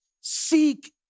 Seek